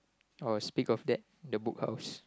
I was speak of that the Book House